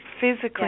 Physically